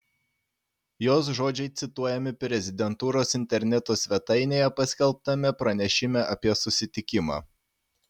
jos žodžiai cituojami prezidentūros interneto svetainėje paskelbtame pranešime apie susitikimą